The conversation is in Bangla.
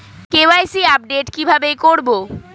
কে.ওয়াই.সি আপডেট কি ভাবে করবো?